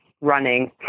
running